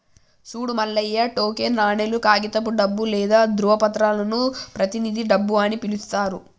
సూడు మల్లయ్య టోకెన్ నాణేలు, కాగితపు డబ్బు లేదా ధ్రువపత్రాలను ప్రతినిధి డబ్బు అని పిలుత్తారు